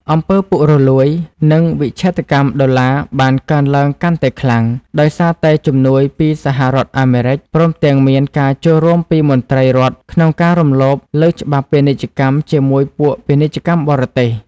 អំពើពុករលួយ និងវិច្ឆេទកម្មដុល្លារបានកើនឡើងកាន់តែខ្លាំង ដោយសារតែជំនួយពីសហរដ្ឋអាមេរិក ព្រមទាំងមានការចូលរួមពីមន្ត្រីរដ្ឋក្នុងការរំលោភលើច្បាប់ពាណិជ្ជកម្មជាមួយពួកពាណិជ្ជករបរទេស។